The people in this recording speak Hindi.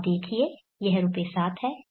तो आप देखिए यह रु 7 है